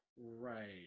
Right